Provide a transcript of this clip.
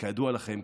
כידוע לכם,